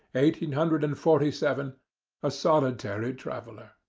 eighteen hundred and forty-seven, a solitary traveller.